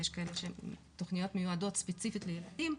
ויש כאלה שהתכניות מיועדות ספיציפית לילדים,